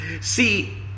see